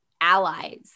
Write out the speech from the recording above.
allies